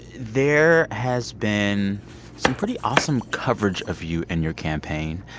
there has been some pretty awesome coverage of you and your campaign.